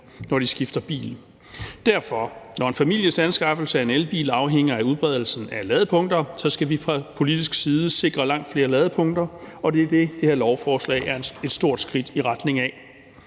når de skifter bil. Så når en families anskaffelse af en elbil afhænger af udbredelsen af ladepunkter, skal vi fra politisk side sikre langt flere ladepunkter, og det er det, det her lovforslag er et stort skridt i retning af.